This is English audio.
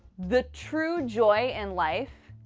the true joy in life.